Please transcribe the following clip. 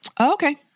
Okay